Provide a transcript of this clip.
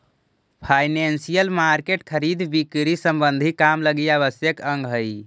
financial market खरीद बिक्री संबंधी काम लगी आवश्यक अंग हई